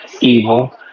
Evil